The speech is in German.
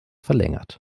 verlängert